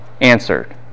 Answered